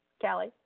Callie